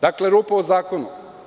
Dakle, rupa u zakonu.